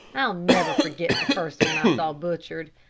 i'll never forget the first one i saw butchered.